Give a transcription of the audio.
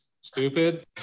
Stupid